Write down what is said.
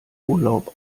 urlaub